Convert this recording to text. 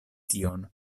tion